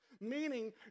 meaning